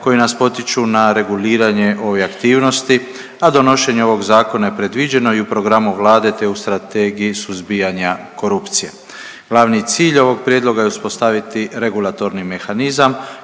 koji nas potiču na reguliranje ove aktivnosti, a donošenje ovog zakona je predviđeno i u programu Vlade te u Strategiji suzbijanja korupcije. Glavni cilj ovog prijedloga je uspostaviti regulatorni mehanizam